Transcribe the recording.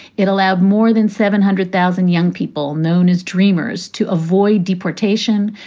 it allowed more than seven hundred thousand young people known as dreamers to avoid deportation,